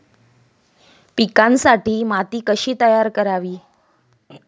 पिकांसाठी माती कशी तयार करावी?